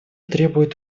требует